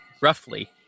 Roughly